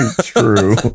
true